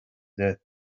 death